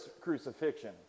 crucifixion